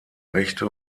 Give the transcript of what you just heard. rechte